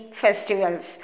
festivals